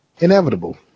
Inevitable